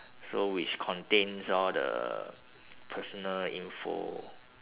so which contains all the personal info